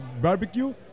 barbecue